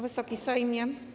Wysoki Sejmie!